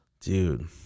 dude